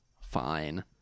fine